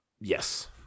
Yes